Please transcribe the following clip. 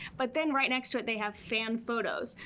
but then right next to it, they have fan photos.